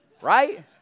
right